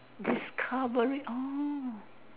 discovery orh